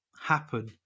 happen